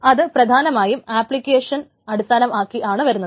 അത് പ്രധാനമായും ആപ്ലിക്കേഷൻ അടിസ്ഥാനമാക്കി ആണ് വരുന്നത്